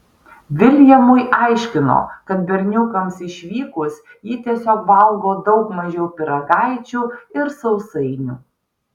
viljamui aiškino kad berniukams išvykus ji tiesiog valgo daug mažiau pyragaičių ir sausainių